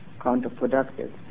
counterproductive